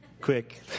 quick